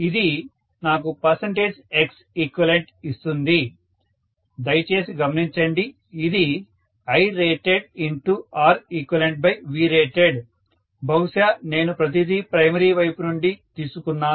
ఇది నాకు Xeq ఇస్తుంది దయచేసి గమనించండి ఇది IratedReqVrated బహుశా నేను ప్రతిదీ ప్రైమరీ వైపు నుండి తీసుకున్నాను